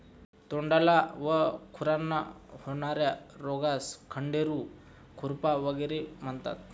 तोंडाला व खुरांना होणार्या रोगास खंडेरू, खुरपा वगैरे म्हणतात